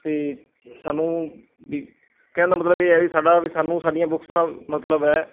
ਅਤੇ ਸਾਨੂੰ ਵੀ ਕਹਿਣ ਦਾ ਮਤਲਬ ਇਹ ਹੈ ਵੀ ਸਾਡਾ ਵੀ ਸਾਨੂੰ ਸਾਡੀਆਂ ਬੁੱਕਸ ਨਾਲ ਮਤਲਬ ਹੈ